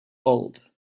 old